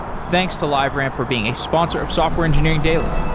thanks to liveramp for being a sponsor of software engineering daily